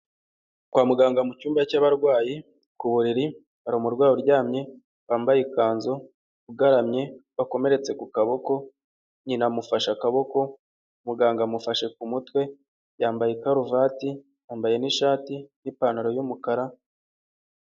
Kwa muganga mucymba cy'abarwayi ku buriri hari umurwayi uryamye wambaye ikanzu ugaramye wakomeretse ku kaboko, nyina amufashe akaboko, muganga amufashe ku mutwe yambaye karuvati yambaye n'ishati n'ipantaro yumukara.